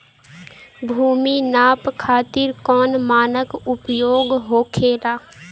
भूमि नाप खातिर कौन मानक उपयोग होखेला?